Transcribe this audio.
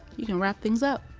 you can wrap things up!